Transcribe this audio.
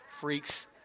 freaks